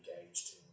engaged